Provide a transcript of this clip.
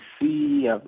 see